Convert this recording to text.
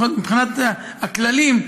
לפחות מבחינת הכללים,